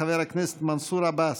מאת חבר הכנסת מנסור עבאס,